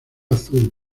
azul